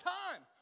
time